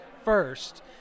First